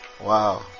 Wow